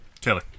Taylor